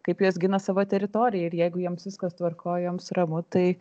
kaip jos gina savo teritoriją ir jeigu jiems viskas tvarkoj joms ramu tai